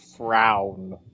frown